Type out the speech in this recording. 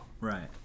Right